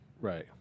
Right